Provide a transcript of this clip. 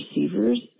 receivers